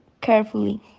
carefully